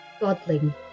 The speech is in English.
godling